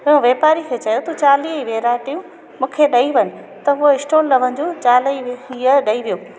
पोइ वापारी खे चयो तूं चालीह ई वैराइटियूं मूंखे ॾेई वञ त उहे स्टॉलवनि जूं चालीह ई हीअ ॾेई वियो